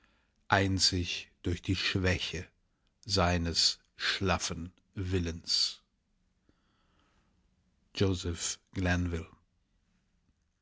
einzig durch die schwäche seines schlaffen willens